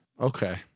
Okay